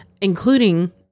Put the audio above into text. including